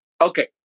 Okay